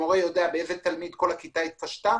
המורה יודע באיזה תרגיל כל הכיתה התקשתה